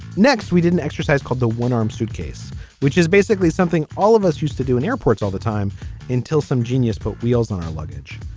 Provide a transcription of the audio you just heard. next we didn't exercise called the one arm suitcase which is basically something all of us used to do in airports all the time until some genius put wheels on our luggage.